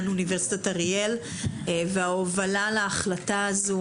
אוניברסיטת אריאל וההובלה על ההחלטה הזו